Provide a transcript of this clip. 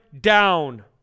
down